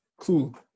cool